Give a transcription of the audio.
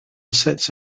sets